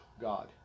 God